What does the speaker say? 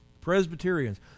Presbyterians